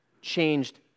changed